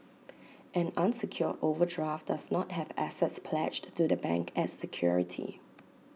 an unsecured overdraft does not have assets pledged to the bank as security